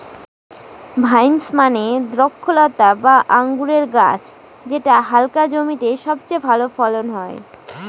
vines মানে দ্রক্ষলতা বা আঙুরের গাছ যেটা হালকা জমিতে সবচেয়ে ভালো ফলন হয়